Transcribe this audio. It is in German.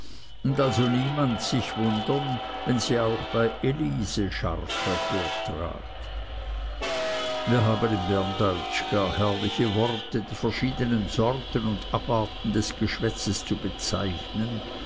und also niemand sich wundern wenn sie auch bei elisi scharf hervortrat wir haben im berndeutsch gar herrliche worte die verschiedenen sorten und abarten des geschwätzes zu bezeichnen